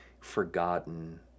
forgotten